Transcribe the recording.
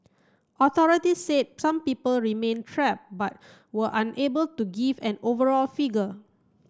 authorities said some people remained trap but were unable to give an overall figure